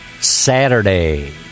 Saturday